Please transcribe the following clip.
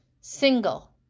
Single